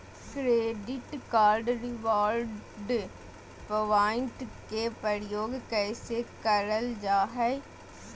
Credit card reward point के प्रयोग कैसे करल जा है?